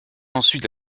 ensuite